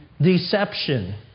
Deception